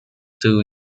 get